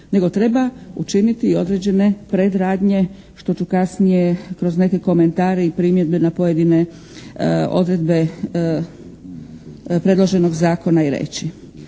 nego treba učiniti i određene predradnje što ću kasnije kroz neke komentare i primjedbe na pojedine odredbe predloženog zakona i reći.